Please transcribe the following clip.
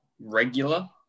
regular